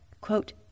quote